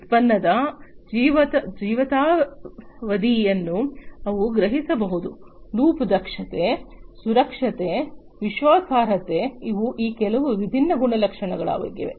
ಉತ್ಪನ್ನದ ಜೀವಿತಾವಧಿಯನ್ನು ಅವು ಗ್ರಹಿಸಬಹುದು ಲೂಪ್ ದಕ್ಷತೆ ಸುರಕ್ಷತೆ ವಿಶ್ವಾಸಾರ್ಹತೆ ಇವು ಈ ಕೆಲವು ವಿಭಿನ್ನ ಗುಣಲಕ್ಷಣಗಳಾಗಿವೆ